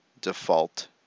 default